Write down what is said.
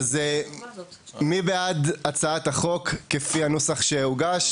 מי בעד הצעת החוק כפי הנוסח שהוגש?